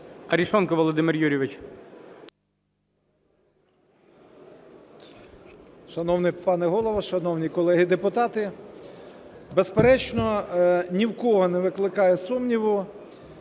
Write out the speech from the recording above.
Арешонков Володимир Юрійович.